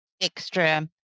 extra